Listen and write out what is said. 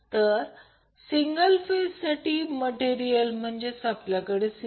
जर हे केले आणि सोपे केले तर PLoss PLoss 2r2r2 मिळेल